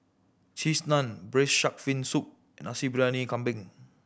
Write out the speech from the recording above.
Cheese Naan Braised Shark Fin Soup and Nasi Briyani Kambing